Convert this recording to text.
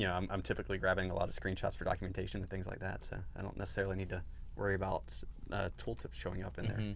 yeah i'm typically grabbing a lot of screenshots for documentation and things like that, so i don't necessarily need to worry about a tooltip showing up in there,